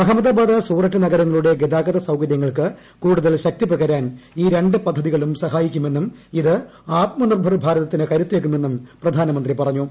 അഹമ്മദാബാദ് സൂററ്റ് നഗരങ്ങ്ളൂട്ട്ട് ഗതാഗത സൌകര്യങ്ങൾക്ക് കൂടുതൽ ശക്തി പകൃാൻ ഈ രണ്ട് പദ്ധതികളും സഹായിക്കുമെന്നും ഇത് ഏക്ക്ക് ഭാരതിന് കരുത്തേകുമെന്നും പ്രധാനമന്ത്രി പറഞ്ഞു